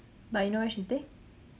but you know where she stay